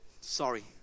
Sorry